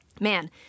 Man